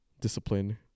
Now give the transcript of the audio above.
discipline